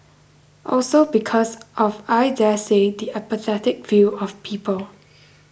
also because of I daresay the apathetic view of people